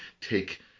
take